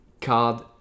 card